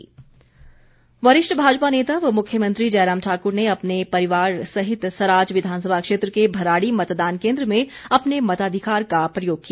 मतदान नेता वरिष्ठ भाजपा नेता व मुख्यमंत्री जयराम ठाकुर ने अपने परिवार सहित सराज विधानसभा क्षेत्र के भराड़ी मतदान केन्द्र में अपने मताधिकार का प्रयोग किया